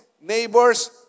neighbors